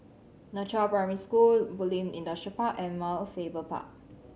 Nan Chiau Primary School Bulim Industrial Park and Mount Faber Park